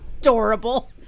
adorable